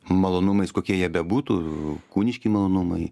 malonumais kokie jie bebūtų kūniški malonumai